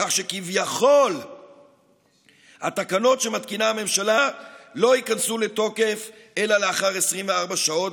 כך שכביכול התקנות שמתקינה הממשלה לא ייכנסו לתוקף אלא לאחר 24 שעות,